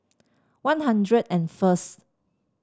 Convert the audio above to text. One Hundred and first